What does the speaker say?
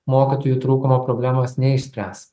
mokytojų trūkumo problemos neišspręs